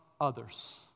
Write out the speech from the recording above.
others